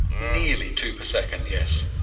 nearly two per second, yes.